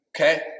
Okay